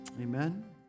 Amen